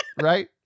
right